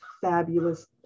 fabulous